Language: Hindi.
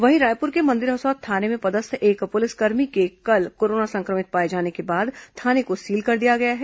वहीं रायपुर के मंदिर हसौद थाने में पदस्थ एक पुलिसकर्मी के कल कोरोना संक्रमित पाए जाने के बाद थाने को सील कर दिया गया है